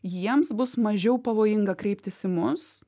jiems bus mažiau pavojinga kreiptis į mus